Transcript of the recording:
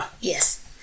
Yes